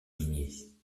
minier